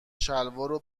شلوارو